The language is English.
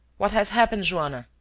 what has happened, joanna?